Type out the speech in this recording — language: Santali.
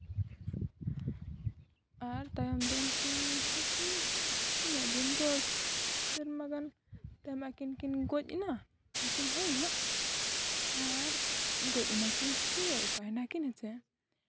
ᱟᱨ ᱛᱟᱭᱚᱢ ᱫᱚ ᱩᱱᱠᱤᱱ ᱦᱚᱸ ᱠᱤᱱ ᱩᱱᱟᱹᱜ ᱫᱤᱱ ᱫᱚ ᱥᱮᱨᱢᱟ ᱜᱟᱱ ᱛᱟᱭᱚᱢ ᱟᱹᱠᱤᱱ ᱠᱤᱱ ᱜᱚᱡ ᱮᱱᱟ ᱩᱱᱠᱤᱱ ᱦᱚᱲᱱᱟᱜ ᱟᱨ ᱜᱚᱡ ᱱᱟᱹᱠᱤᱱ ᱥᱮ ᱚᱠᱟᱭ ᱱᱟᱹᱠᱤᱱ ᱦᱮᱸᱥᱮ